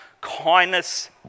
kindness